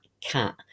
cat